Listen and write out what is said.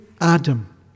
Adam